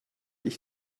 ich